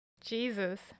Jesus